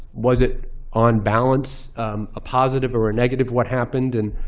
was it on balance a positive or a negative what happened? and